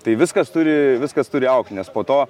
tai viskas turi viskas turi augti nes po to